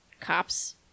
cops